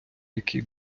який